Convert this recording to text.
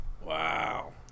Wow